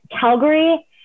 Calgary